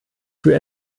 für